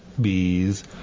bees